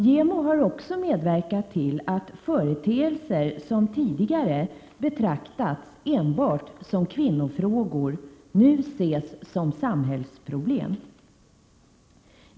JämO har också medverkat till att företeelser som tidigare betraktades enbart som kvinnofrågor nu ses som samhällsproblem.